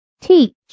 teach